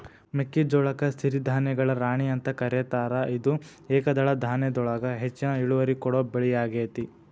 ಮೆಕ್ಕಿಜೋಳಕ್ಕ ಸಿರಿಧಾನ್ಯಗಳ ರಾಣಿ ಅಂತ ಕರೇತಾರ, ಇದು ಏಕದಳ ಧಾನ್ಯದೊಳಗ ಹೆಚ್ಚಿನ ಇಳುವರಿ ಕೊಡೋ ಬೆಳಿಯಾಗೇತಿ